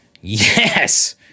YES